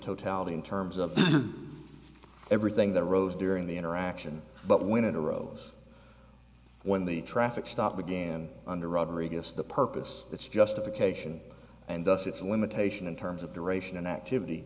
totality in terms of everything that arose during the interaction but when it arose when the traffic stop began under robbery guess the purpose its justification and thus its limitation in terms of duration and activity